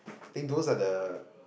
think those are the